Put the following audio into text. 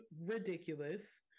ridiculous